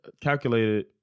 calculated